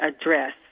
address